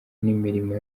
n’imirimo